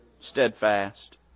steadfast